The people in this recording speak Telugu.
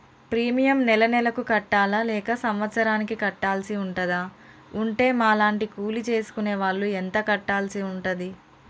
ప్రీమియం నెల నెలకు కట్టాలా లేక సంవత్సరానికి కట్టాల్సి ఉంటదా? ఉంటే మా లాంటి కూలి చేసుకునే వాళ్లు ఎంత కట్టాల్సి ఉంటది?